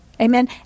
Amen